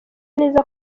neza